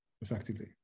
effectively